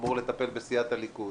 שאמור לטפל בסיעת הליכוד